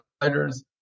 providers